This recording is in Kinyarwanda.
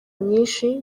nyinshi